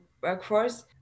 workforce